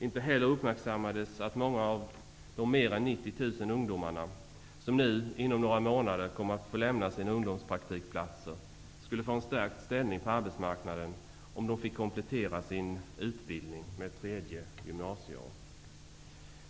Inte heller uppmärksammades att många av de mer än 90 000 ungdomarna som nu inom några månader kommer att få lämna sina ungdomspraktikplatser skulle få en stärkt ställning på arbetsmarknaden om de fick komplettera sin utbildning med ett ''tredje gymnasieår''.